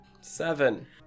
Seven